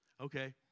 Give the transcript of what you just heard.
Okay